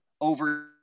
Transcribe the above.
over